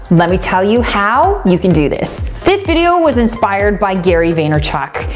let me tell you how you can do this. this video was inspired by gary vaynerchuk.